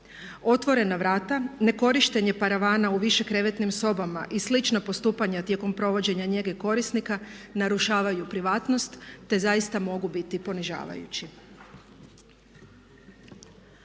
Otvorena vrata, nekorištenje paravana u više krevetnim sobama i slična postupanja tijekom provođenja njege korisnika narušavaju privatnost, te zaista mogu biti ponižavajući.